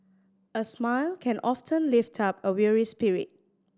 a smile can often lift up a weary spirit